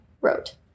wrote